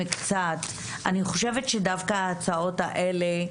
אני חושבת שדווקא ההצעות האלו,